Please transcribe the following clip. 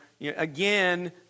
again